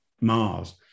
Mars